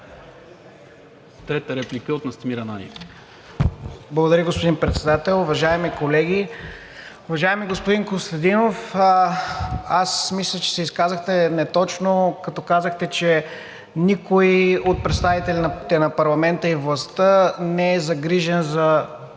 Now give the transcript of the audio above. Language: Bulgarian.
Трета реплика от Настимир Ананиев. КИРИЛ СИМЕОНОВ (ИТН): Благодаря, господин Председател! Уважаеми колеги, уважаеми господин Костадинов, мисля, че се изказахте неточно, като казахте, че никой от представителите на парламента и властта не е загрижен за